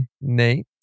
Nate